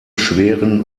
schweren